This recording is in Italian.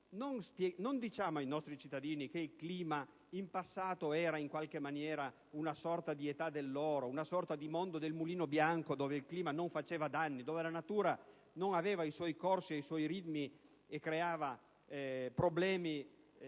non diciamo ai nostri cittadini che per il clima in passato vi era una sorta di età dell'oro, che vi era una sorta di «mondo del Mulino Bianco», dove il clima non faceva danni, dove la natura non aveva i suoi corsi e i suoi ritmi e non creava problemi